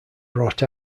brought